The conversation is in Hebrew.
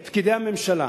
את פקידי הממשלה.